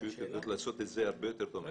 הרשויות יודעות לעשות את זה הרבה יותר טוב מהחברה.